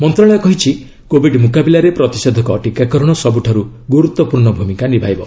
ମନ୍ତ୍ରଣାଳୟ କହିଛି କୋବିଡ ମୁକାବିଲାରେ ପ୍ରତିଷେଧକ ଟିକାକରଣ ସବୁଠାରୁ ଗୁରୁତ୍ୱପୂର୍ଣ୍ଣ ଭୂମିକା ନିଭାଇବ